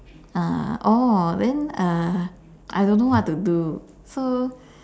uh oh then uh I don't know what to do so